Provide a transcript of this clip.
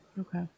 Okay